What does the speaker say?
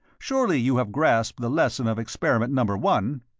surely you have grasped the lesson of experiment number one?